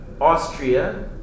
Austria